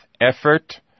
effort